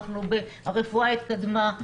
הרפואה התקדמה,